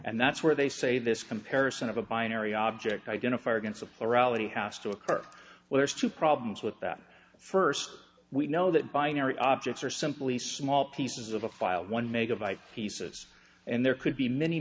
and that's where they say this comparison of a binary object identifier against a plurality has to occur well there's two problems with that first we know that binary objects are simply small pieces of a file one megabyte pieces and there could be many